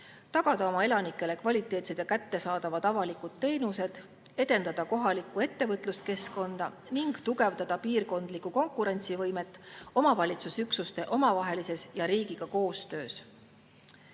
tagada oma elanikele kvaliteetsed ja kättesaadavad avalikud teenused, edendada kohalikku ettevõtluskeskkonda ning tugevdada piirkondlikku konkurentsivõimet omavalitsusüksuste omavahelises ja riigiga koostöös.